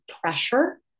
pressure